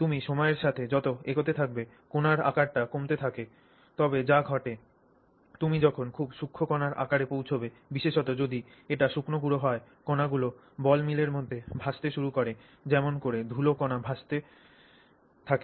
তুমি সময়ের সাথে যত এগোতে থাকবে কণার আকারটি কমতে থাকে তবে যা ঘটে তুমি যখন খুব সূক্ষ্ম কণার আকারে পৌঁছাবে বিশেষত যদি এটি শুকনো গুঁড়ো হয় কণাগুলি বল মিলের মধ্যে ভাসতে শুরু করে যেমন করে ধুলো কণা বাতাসে ভাসমান থাকে